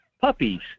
Puppies